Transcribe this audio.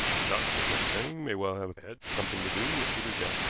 the shock of such a thing may well have had something to do with peter's death,